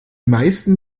meisten